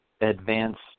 advanced